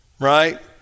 Right